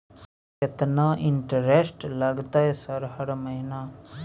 केतना इंटेरेस्ट लगतै सर हर महीना?